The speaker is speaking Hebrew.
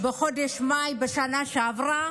בחודש מאי בשנה שעברה